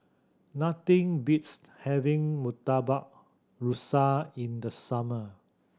nothing beats having Murtabak Rusa in the summer